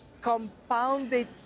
compounded